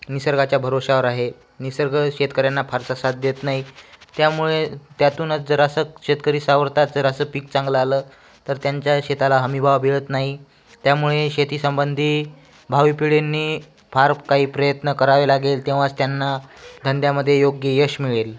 निसर्गाच्या भरवशावर आहे निसर्ग शेतकर्यांना फारसा साथ देत नाही त्यामुळे त्यातूनच जर असं शेतकरी सावरतात जरासं पीक चांगलं आलं तर त्यांच्या शेताला हमीभाव मिळत नाही त्यामुळे शेतीसंबंधी भावी पिढींनी फार काही प्रयत्न करावे लागेल तेव्हाच त्यांना धंद्यामधे योग्य यश मिळेल